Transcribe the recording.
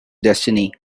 destiny